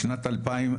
בשנת 2009,